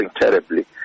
terribly